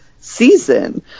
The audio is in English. Season